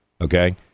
Okay